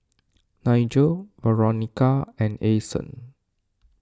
Nigel Veronica and Ason